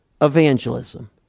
evangelism